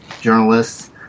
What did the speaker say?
Journalists